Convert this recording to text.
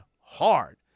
hard